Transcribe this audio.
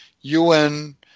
UN